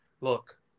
Look